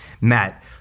Matt